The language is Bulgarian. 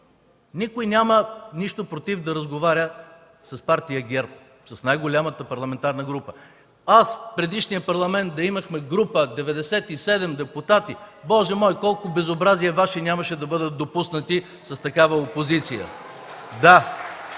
Никой няма нищо против да разговаря с Партия ГЕРБ, с най-голямата парламентарна група. Аз при предишния Парламент, ако имахме група от 97 депутати, Боже мой, колко Ваши безобразия нямаше да бъдат допуснати с такава опозиция.